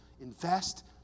Invest